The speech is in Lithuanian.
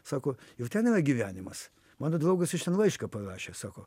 sako jau ten yra gyvenimas mano draugas iš ten laišką parašė sako